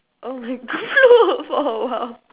oh my God oh !wow!